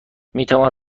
میتوان